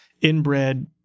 inbred